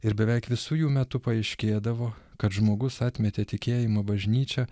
ir beveik visų jų metu paaiškėdavo kad žmogus atmetė tikėjimą bažnyčią